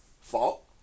fault